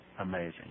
Amazing